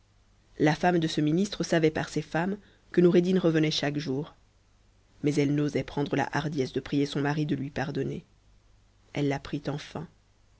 la femme de ce ministre savait par ses femmes que noureddin revend chaque jour mais elle n'osait prendre la hardiesse de prier son man lui pardonner elle la prit enfin